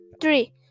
three